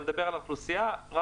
לכלל האוכלוסייה?